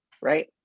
right